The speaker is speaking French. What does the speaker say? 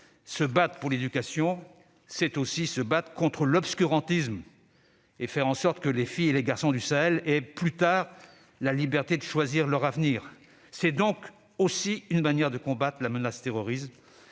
Se battre pour l'éducation, c'est aussi se battre contre l'obscurantisme et faire en sorte que les filles et les garçons du Sahel aient plus tard la liberté de choisir leur avenir. C'est donc encore une manière de combattre la menace terroriste,